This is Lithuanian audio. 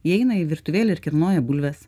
jie eina į virtuvėlę ir kilnoja bulves